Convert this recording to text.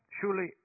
surely